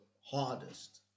hardest